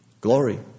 Glory